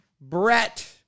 brett